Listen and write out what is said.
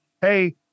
Hey